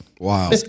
Wow